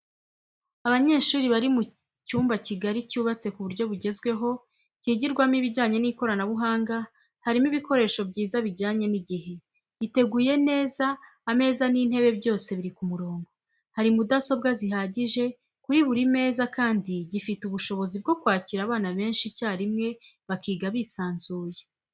Abanyeshuri bari cyumba kigari cyubatse ku buryo bwugezweho kigirwamo ibijyanye n'ikoranabuhanga harimo ibikoresho byiza bijyanye n'igihe, giteguye neza ameza n'intebe byose biri ku murongo, hari mudasobwa zihagije kuri buri meza kandi gifite ubushobozi bwo kwakira abana benshi icyarimwe bakiga bisanzuye.